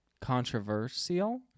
Controversial